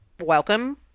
welcome